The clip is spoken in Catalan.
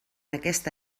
aquesta